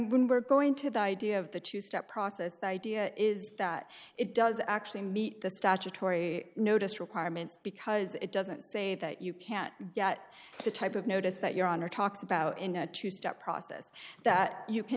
when we're going to the idea of the two step process the idea is that it does actually meet the statutory notice requirement because it doesn't say that you can't get the type of notice that you're on or talks about in a two step process that you can